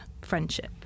friendship